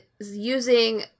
using